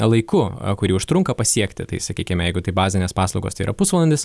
laiku kurį užtrunka pasiekti tai sakykime jeigu tai bazinės paslaugos tai yra pusvalandis